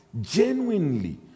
genuinely